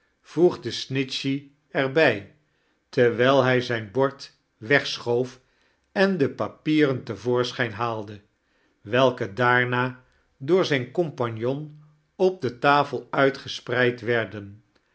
voegde snitehey er bij terwijl hij zijn bord wegschoof en de papieren te voorschijn haalde welke daarna door zijn compagnon op de tafel uitgespreid werden